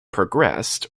progressed